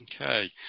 Okay